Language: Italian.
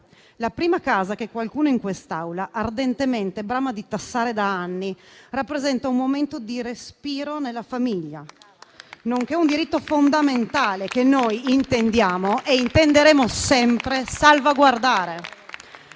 La prima casa, che qualcuno in quest’Aula ardentemente brama di tassare da anni, rappresenta un momento di respiro nella famiglia, nonché un diritto fondamentale che noi intendiamo e intenderemo sempre salvaguardare.